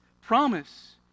promise